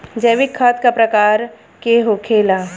जैविक खाद का प्रकार के होखे ला?